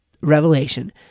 revelation